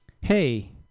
Hey